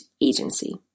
Agency